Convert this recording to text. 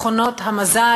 מכונות המזל,